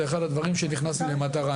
זה אחד הדברים שהכנסתי למטרה,